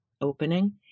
opening